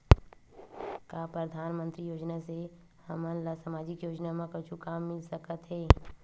का परधानमंतरी योजना से हमन ला सामजिक योजना मा कुछु काम मिल सकत हे?